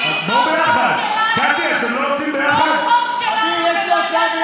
כל חוק שלנו בוועדת שרים לענייני חקיקה אתם אומרים: זה של האופוזיציה.